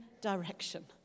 direction